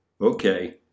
Okay